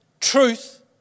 Truth